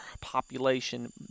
population